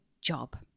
job